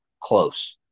close